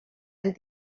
and